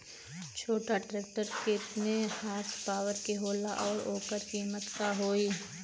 छोटा ट्रेक्टर केतने हॉर्सपावर के होला और ओकर कीमत का होई?